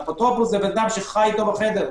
אפוטרופוס זה אדם שחי אתו בחדר.